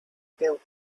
built